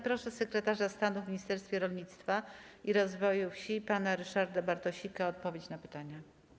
Proszę sekretarza stanu w Ministerstwie Rolnictwa i Rozwoju Wsi pana Ryszarda Bartosika o odpowiedź na pytania.